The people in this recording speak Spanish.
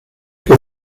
que